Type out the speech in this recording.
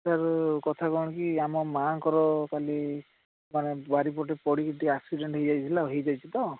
sir କଥା କ'ଣ କି ଆମ ମାଆଙ୍କର କାଲି ମାନେ ବାରିପଟେ ପଡ଼ିକି ଟିକିଏ ଆକ୍ସିଡ଼େଣ୍ଟ୍ ହେଇ ଯାଇଥିଲା ହେଇଯାଇଛି ତ